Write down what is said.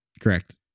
Correct